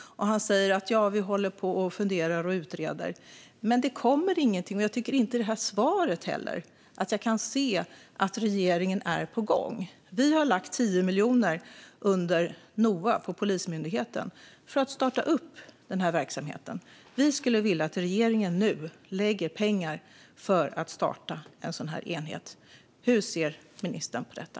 Han säger att man håller på och funderar och utreder, men det kommer ingenting. Jag tycker inte heller att jag i detta svar kan se att regeringen är på gång. Vi har lagt 10 miljoner under Noa på Polismyndigheten för att starta upp denna verksamhet. Vi skulle vilja att regeringen nu lade pengar för att starta en sådan här enhet. Hur ser ministern på detta?